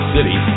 City